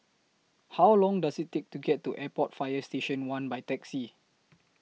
How Long Does IT Take to get to Airport Fire Station one By Taxi